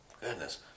Goodness